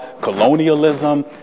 colonialism